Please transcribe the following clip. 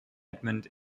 edmund